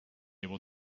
able